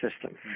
system